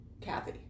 kathy